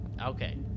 Okay